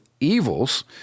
evils